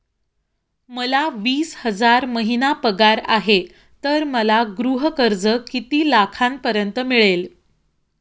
मला वीस हजार महिना पगार आहे तर मला गृह कर्ज किती लाखांपर्यंत मिळेल?